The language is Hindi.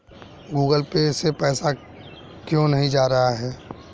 गूगल पे से पैसा क्यों नहीं जा रहा है?